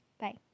Bye